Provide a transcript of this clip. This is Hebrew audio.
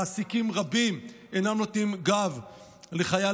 מעסיקים רבים אינם נותנים גב לחייל